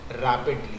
rapidly